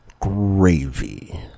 gravy